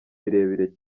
birebire